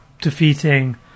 defeating